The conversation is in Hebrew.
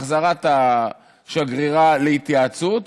החזרת השגרירה להתייעצות,